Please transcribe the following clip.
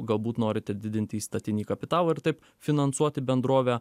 galbūt norite didinti įstatinį kapitalą ir taip finansuoti bendrovę